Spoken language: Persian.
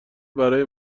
برای